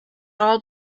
all